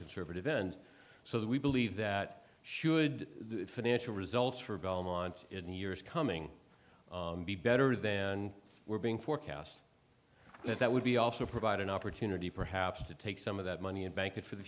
conservative end so that we believe that should the financial results for belmont in the years coming be better than we're being forecast that that would be also provide an opportunity perhaps to take some of that money and bank it for the